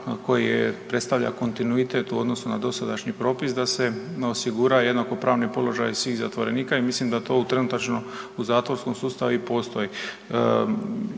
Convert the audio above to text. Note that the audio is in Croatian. koji predstavlja kontinuitet u odnosu na dosadašnji propis da se osigura jednakopravni položaj svih zatvorenika i mislim da to trenutačno u zatvorskom sustavu i postoji.